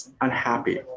unhappy